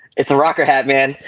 it's a rokkr hat, man.